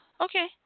Okay